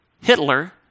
Hitler